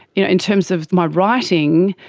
you know in terms of my writing,